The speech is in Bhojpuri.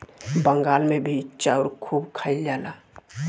बंगाल मे भी चाउर खूब खाइल जाला